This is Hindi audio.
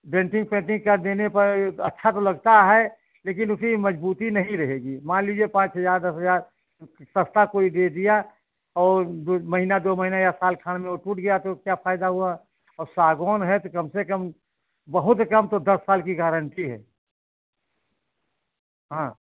डेंटिंग पेंटिंग कर देने पर अच्छा तो लगता है लेकिन उकी मजबूती नहीं रहेगी मान लीजिए पाँच हजार दस हजार सस्ता कोई दे दिया और जो महिना दो महिना साल खाड़ में वो टूट गया तो क्या फायदा हुआ और सागौन है तो कम से कम बहुत कम तो दस साल की गारंटी है हाँ